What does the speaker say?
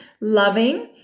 loving